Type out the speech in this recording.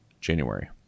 january